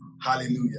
Hallelujah